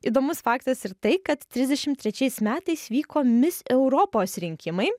įdomus faktas ir tai kad trisdešimt trečiais metais vyko mis europos rinkimai